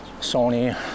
Sony